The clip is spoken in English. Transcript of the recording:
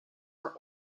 are